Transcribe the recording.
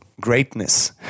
greatness